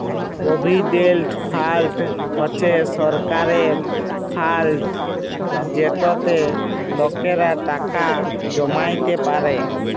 provident fund হছে সরকারের fund যেটতে লকেরা টাকা জমাইতে পারে